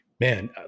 man